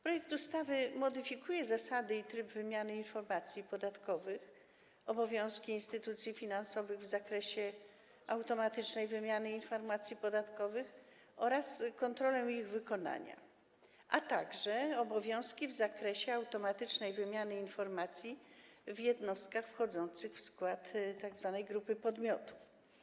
Projekt ustawy modyfikuje zasady i tryb wymiany informacji podatkowych, obowiązki instytucji finansowych w zakresie automatycznej wymiany informacji podatkowych oraz kontrolę ich wykonywania, a także obowiązki w zakresie automatycznej wymiany informacji o jednostkach wchodzących w skład grupy podmiotów.